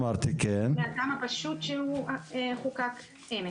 מהטעם הפשוט שהוא חוקק אמש